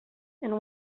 and